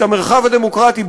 את המרחב הדמוקרטי,